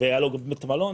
והיה לו בית מלון,